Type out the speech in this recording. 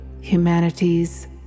humanity's